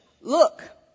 Look